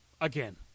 again